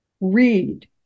read